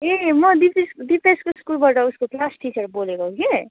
ए म दिपेस दिपेसको स्कुलबाट उसको क्लास टिचर बोलेको कि